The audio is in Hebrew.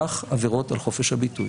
כך עבירות על חופש הביטוי,